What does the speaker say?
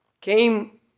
came